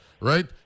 right